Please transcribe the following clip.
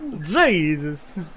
Jesus